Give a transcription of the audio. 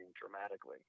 dramatically